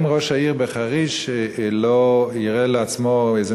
אם ראש העיר בחריש לא יראה לעצמו איזו